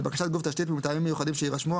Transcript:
(ד)לבקשת גוף תשתית ומטעמים מיוחדים שיירשמו,